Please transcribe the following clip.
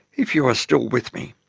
if you are still with me,